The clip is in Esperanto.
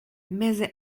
meze